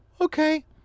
okay